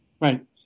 Right